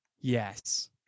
yes